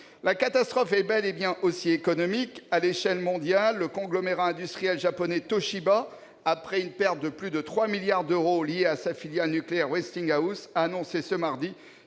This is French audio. La catastrophe est bel et bien aussi économique. À l'échelle mondiale, le conglomérat industriel japonais Toshiba, après une perte de plus de 3 milliards d'euros liée à sa filiale nucléaire Westinghouse, a annoncé ce mardi